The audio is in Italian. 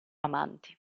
amanti